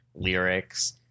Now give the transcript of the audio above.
lyrics